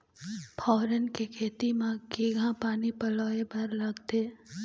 फोरन के खेती म केघा पानी पलोए बर लागथे?